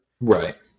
right